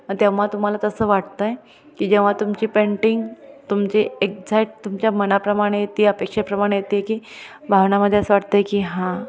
अ तेव्हा तुम्हाला तसं वाटत आहे की जेव्हा तुमची पेंटिंग तुमची एक्झॅट तुमच्या मनाप्रमाणे येते अपेक्षेप्रमाणे येते की भावनेमध्ये असं वाटत आहे की हा